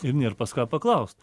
ir nėr pas ką paklaust